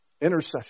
Intercession